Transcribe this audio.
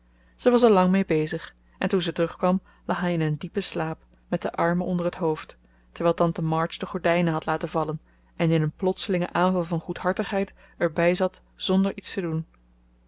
ze was er lang mee bezig en toen ze terugkwam lag hij in een diepen slaap met de armen onder het hoofd terwijl tante march de gordijnen had laten vallen en in een plotselingen aanval van goedhartigheid er bij zat zonder iets te doen